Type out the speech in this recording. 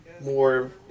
more